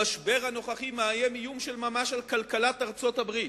המשבר הנוכחי מאיים איום של ממש על כלכלת ארצות-הברית,